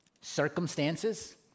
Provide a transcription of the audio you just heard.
Circumstances